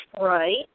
Right